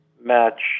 match